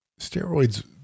Steroids